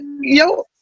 yo